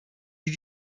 die